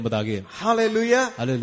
Hallelujah